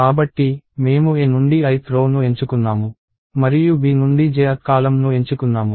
కాబట్టి మేము A నుండి ith రో ను ఎంచుకున్నాము మరియు B నుండి jth కాలమ్ ను ఎంచుకున్నాము